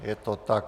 Je to tak.